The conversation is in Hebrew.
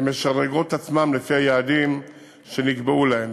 משדרגות את עצמן לפי היעדים שנקבעו להן.